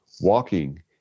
walking